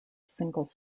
single